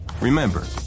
Remember